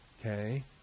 Okay